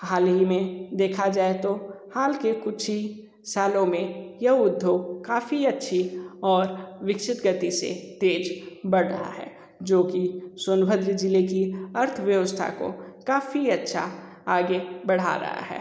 हाल ही में देखा जाए तो हाल के कुछ ही सालों में यह उद्योग काफ़ी अच्छी और विकसित गति से तेज़ बढ़ रहा है जो की सोनभद्र ज़िले की अर्थव्यवस्था को काफ़ी अच्छा आगे बढ़ा रहा है